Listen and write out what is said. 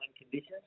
conditions